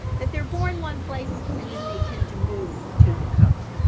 that they're born one place and then they tend to move to the coast.